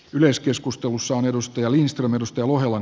yleiskeskustelussa on edustaja linström edusti juhlan